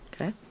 Okay